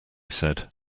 said